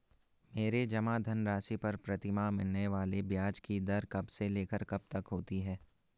मेरे जमा धन राशि पर प्रतिमाह मिलने वाले ब्याज की दर कब से लेकर कब तक होती है?